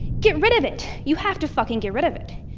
get rid of it! you have to fucking get rid of it!